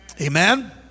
Amen